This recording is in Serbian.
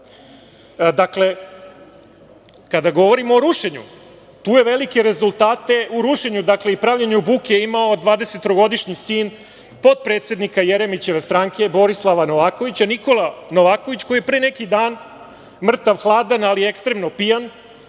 kada govorimo o rušenju, tu je velike rezultate u rušenju i pravljenju buke imao dvadesettrogodišnji sin potpredsednika Jeremićeve stranke, Borislava Novakovića, Nikola Novaković koji je pre neki dan mrtav hladan, ali ekstremno pijan